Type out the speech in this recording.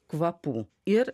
kvapų ir